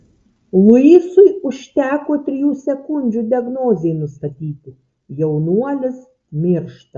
luisui užteko trijų sekundžių diagnozei nustatyti jaunuolis miršta